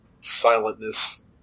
silentness